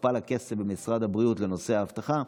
הוכפל הכסף במשרד הבריאות לנושא האבטחה,